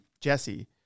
jesse